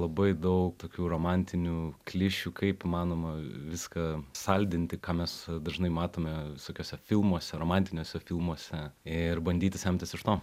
labai daug tokių romantinių klišių kaip įmanoma viską saldinti ką mes dažnai matome visokiuose filmuose romantiniuose filmuose ir bandyti semtis iš to